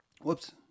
whoops